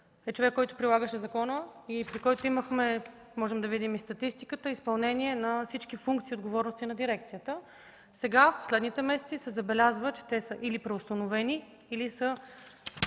е човек, който прилагаше закона и при който – можем да видим статистиката – имаше изпълнение на всички функции и отговорности на дирекцията. Сега, в последните месеци, се забелязва, че те са или преустановени, или са